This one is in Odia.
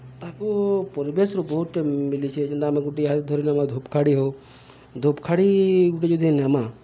ତାକୁ ପରିବେଶ୍ରୁ ବହୁତ୍ଟେ ମିଲିଚେ ଯେ ଆମେ ଗୁଟେ ଇହାଦେ ଧରିନେମା ଧୂପ୍ଖାଡ଼ି ହଉ ଧୂପ୍ଖାଡ଼ି ଗୁଟେ ଯଦି ନେମା